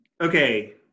okay